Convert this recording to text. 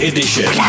Edition